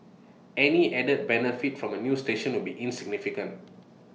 any added benefit from A new station will be insignificant